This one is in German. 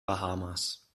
bahamas